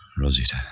Rosita